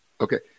okay